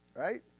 Right